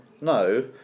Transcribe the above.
no